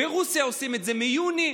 ברוסיה עושים את זה מיוני.